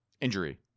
injury